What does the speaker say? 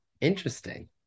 interesting